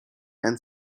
and